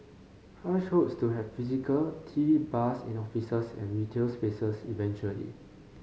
hush hopes to have physical tea bars in offices and retail spaces eventually